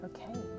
Okay